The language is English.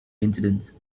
incidents